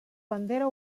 bandera